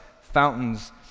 fountains